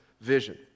vision